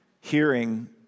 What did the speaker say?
hearing